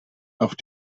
auch